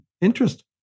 interest